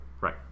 Right